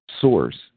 source